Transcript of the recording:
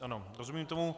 Ano, rozumím tomu.